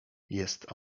jest